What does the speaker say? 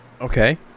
okay